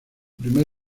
primer